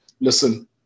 listen